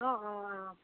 অঁ অঁ অঁ